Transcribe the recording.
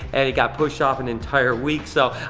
and it got pushed off an entire week. so,